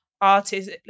artists